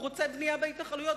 והוא רוצה בנייה בהתנחלויות.